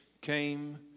came